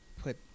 put